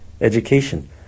education